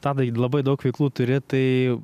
tadai labai daug veiklų turi tai